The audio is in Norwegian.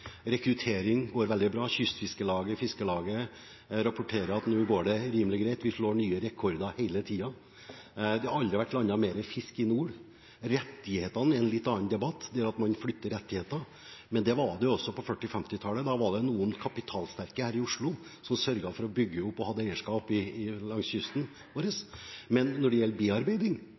går veldig bra, Kystfiskarlaget og Fiskarlaget rapporterer at nå går det rimelig greit, vi setter nye rekorder hele tiden. Det har aldri vært landet mer fisk i nord. Rettighetene er en litt annen debatt, å flytte rettighetene, men det var det også på 1940- og 1950-tallet. Da var det noen kapitalsterke her i Oslo som sørget for å bygge opp og ha eierskap langs kysten vår. Men når det gjelder bearbeiding,